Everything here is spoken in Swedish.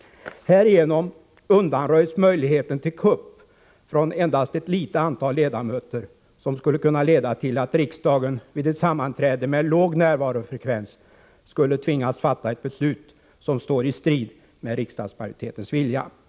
Härigenom undanröjs möjligheten till kupp från endast ett litet antal ledamöter, som skulle kunna leda till att riksdagen vid ett sammanträde med låg närvarofrekvens skulle tvingas att fatta ett beslut som stod i strid med riksdagsmajoritetens vilja.